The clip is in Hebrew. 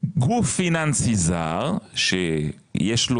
גוף פיננסי זר שיש לו